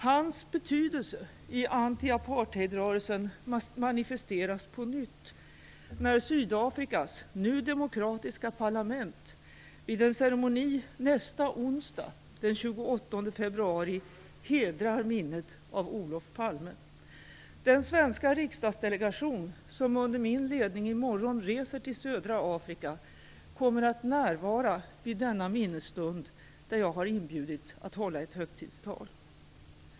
Hans betydelse i anti-apartheidrörelsen manifesteras på nytt när Sydafrikas nu demokratiska parlament vid en ceremoni nästa onsdag, den 28 februari, hedrar minnet av Olof Palme. Den svenska riksdagsdelegation som under min ledning i morgon reser till södra Afrika kommer att närvara vid denna minnesstund, där jag har inbjudits att hålla ett högtidstal.